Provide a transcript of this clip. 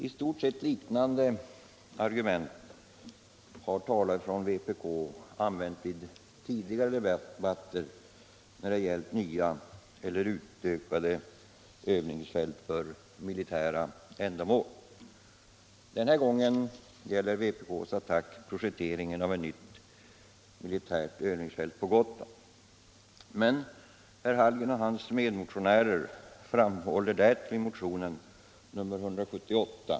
I stort sett samma argument har talare från vpk använt vid tidigare debatter när det gällt nya eller utökade övningsfält för militära ändamål.